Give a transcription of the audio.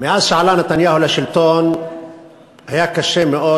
מאז עלה נתניהו לשלטון היה קשה מאוד